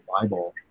Bible